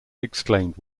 exclaimed